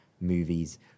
movies